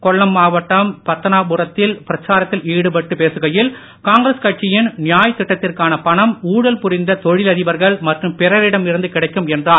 கொள்ளம் மாவட்டம் பத்தனாபுரத்தில் பிரச்சாரத்தில் ஈடுபட்டு பேசுகையில் காங்கிரஸ் கட்சியின் நியாய் திட்டத்திற்கான பணம் ஊழல் புரிந்த தொழிலதிபர்கள் மற்றும் பிறரிடம் இருந்து கிடைக்கும் என்றார்